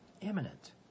Imminent